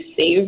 save